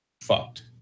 Fucked